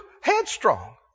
headstrong